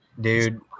dude